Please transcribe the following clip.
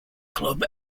club